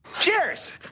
Cheers